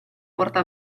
porta